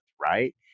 right